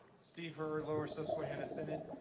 steve heard, lower susquehanna synod.